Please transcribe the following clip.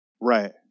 Right